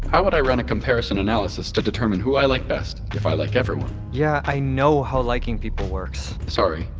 how would i run a comparison analysis to determine who i like best if i like everyone? yeah, i know how liking people works sorry,